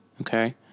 okay